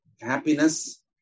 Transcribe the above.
Happiness